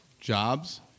jobs